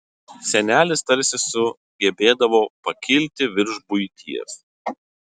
senelis tarsi sugebėdavo pakilti virš buities